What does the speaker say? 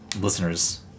listeners